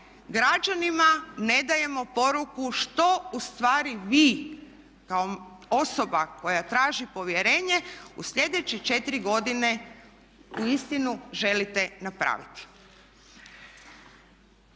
građanima ne dajemo poruku što ustvari vi kao osoba koja traži povjerenje u sljedeće 4 godine uistinu želite napraviti.